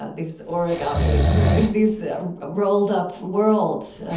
ah these origami these rolled up worlds,